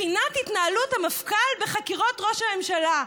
בחינת התנהלות המפכ"ל בחקירות ראש הממשלה.